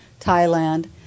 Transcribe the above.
Thailand